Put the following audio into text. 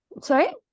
Sorry